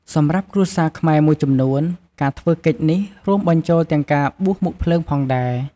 សម្រាប់គ្រួសារខ្មែរមួយចំនួន ការធ្វើកិច្ចនេះរួមបញ្ចូលទាំងការបួសមុខភ្លើងផងដែរ។